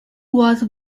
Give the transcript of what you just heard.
was